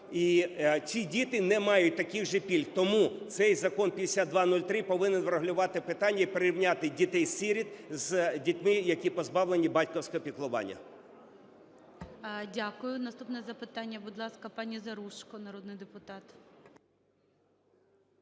І ці діти не мають таких же пільг. Тому цей Закон 5203 повинен врегулювати питання і прирівняти дітей-сиріт з дітьми, які позбавлені батьківського піклування. ГОЛОВУЮЧИЙ. Дякую. Наступне запитання, будь ласка. Пані Заружко, народний депутат.